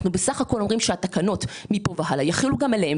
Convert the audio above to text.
אנחנו בסך הכול אומרים שהתקנות מכאן והלאה יחולו גם עליהם